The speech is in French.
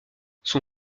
son